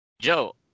Joe